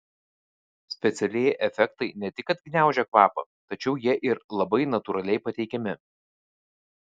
specialieji efektai ne tik kad gniaužia kvapą tačiau jie ir labai natūraliai pateikiami